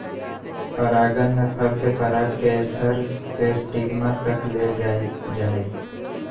परागण में फल के पराग के एंथर से स्टिग्मा तक ले जाल जाहई